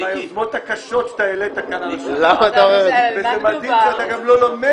זה מהיוזמות הקשות שהעלית כאן על השולחן וזה מדהים שאתה גם לא לומד.